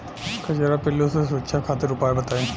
कजरा पिल्लू से सुरक्षा खातिर उपाय बताई?